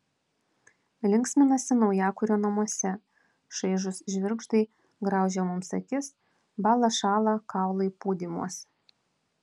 linksminasi naujakurio namuose šaižūs žvirgždai graužia mums akis bąla šąla kaulai pūdymuos